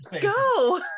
Go